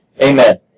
amen